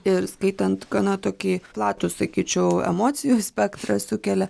ir skaitant gana tokį platų sakyčiau emocijų spektrą sukelia